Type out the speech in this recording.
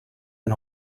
ein